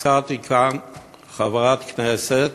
הזכרתי כאן חברת כנסת